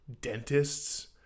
dentists